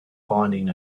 finding